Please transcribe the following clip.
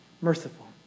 Merciful